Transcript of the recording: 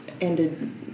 ended